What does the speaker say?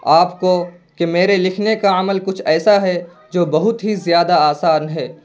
آپ کو کہ میرے لکھنے کا عمل کچھ ایسا ہے جو بہت ہی زیادہ آسان ہے